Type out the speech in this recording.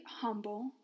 humble